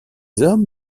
hommes